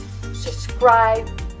Subscribe